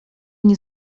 nie